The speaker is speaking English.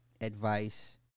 advice